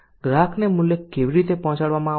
ગ્રાહકને મૂલ્ય કેવી રીતે પહોંચાડવામાં આવશે